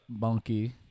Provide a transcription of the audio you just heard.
monkey